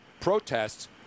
protests